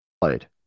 played